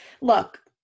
look